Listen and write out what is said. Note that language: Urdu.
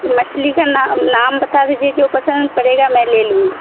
مچھلی کا نا نام بتا دیجیے جو پسند پڑے گا میں لے لوں گی